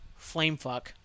Flamefuck